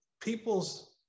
people's